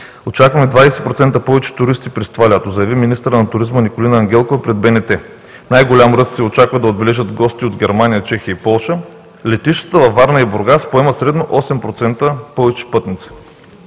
„Очакваме 20% повече туристи през това лято“, заяви министърът на туризма Николина Ангелкова пред БНТ. Най-голям ръст се очаква да отбележат гостите от Германия, Чехия и Полша. Летищата във Варна и Бургас поемат средно 8% повече пътници.“